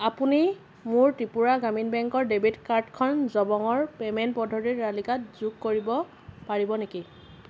আপুনি মোৰ ত্ৰিপুৰা গ্ৰামীণ বেংকৰ ডেবিট কাৰ্ডখন জবঙৰ পে'মেণ্ট পদ্ধতিৰ তালিকাত যোগ কৰিব পাৰিব নেকি